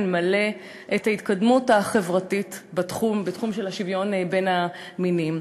מלא את ההתקדמות החברתית בתחום של השוויון בין המינים.